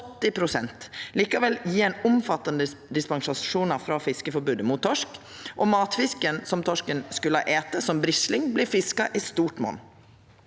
Likevel gjev ein omfattande dispensasjonar frå fiskeforbodet mot torsk, og matfisken som torsken skulle ha ete, som brisling, vert fiska i stor monn.